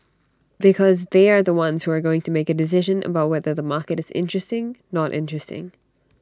because they are the ones who are going to make A decision about whether the market is interesting not interesting